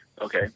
Okay